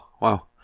Wow